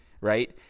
right